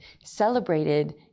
celebrated